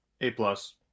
A-plus